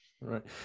right